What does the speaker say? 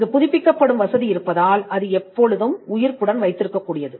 இங்கு புதுப்பிக்கப்படும் வசதி இருப்பதால் அது எப்பொழுதும் உயிர்ப்புடன் வைத்திருக்க கூடியது